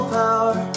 power